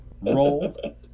roll